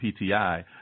PTI